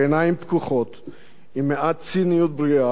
עם מעט ציניות בריאה והרבה אהבה לחיים.